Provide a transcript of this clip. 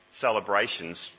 celebrations